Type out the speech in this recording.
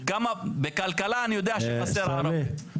בכלכלה אני יודע שחסר ערבים.